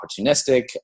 opportunistic